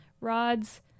rods